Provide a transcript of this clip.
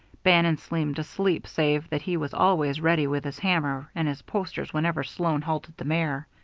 bannon seemed asleep save that he was always ready with his hammer and his posters whenever sloan halted the mare.